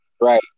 Right